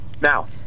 Now